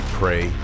pray